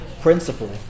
principle